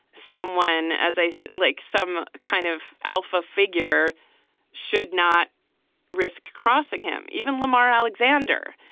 someone as i. so like some kind of alpha figure should not risk crossing him, even lamar alexander.